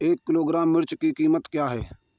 एक किलोग्राम मिर्च की कीमत क्या है?